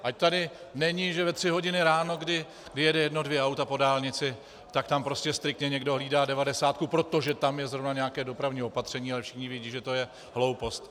Ať tady není, že ve tři hodiny ráno, kdy vyjede jedno dvě auta po dálnici, tak tam prostě striktně někdo hlídá devadesátku proto, že tam je zrovna nějaké dopravní opatření, a všichni vědí, že to je hloupost.